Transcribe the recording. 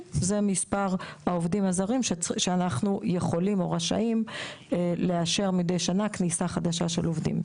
זה מספר העובדים הזרים שאנחנו רשאים לאר מדי שנה כניסה חדשה של עובדים.